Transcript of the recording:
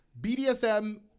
BDSM